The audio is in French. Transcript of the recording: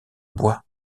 bois